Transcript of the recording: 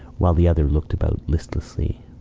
while the other looked about listlessly.